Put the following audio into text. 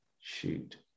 Shoot